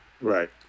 right